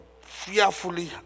fearfully